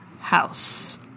House